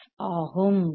F ஆகும்